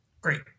Great